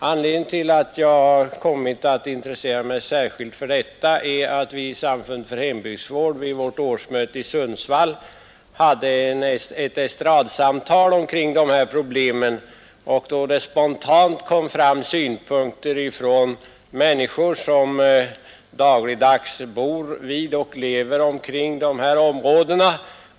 Anledningen till att jag har kommit att intressera mig just för detta är att vi i Samfundet för hembygdsvård på vårt årsmöte i Sundsvall hade ett estradsamtal om dessa problem, då det spontant kom fram synpunkter från människor, som bor och lever vid dessa områden.